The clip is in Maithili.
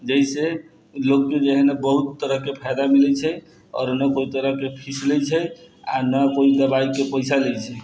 जइसे लोक जेहन बहुत तरहके फायदा मिलै छै आओर नहि कोनो तरहके फीस लै छै आओर नहि कोइ दवाइके पैसा लै छै